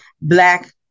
Black